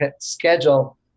schedule